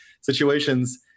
situations